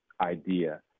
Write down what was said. idea